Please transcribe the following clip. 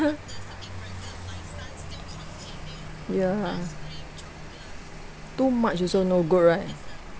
ya too much also no good right